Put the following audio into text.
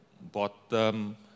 bottom